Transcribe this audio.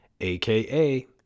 aka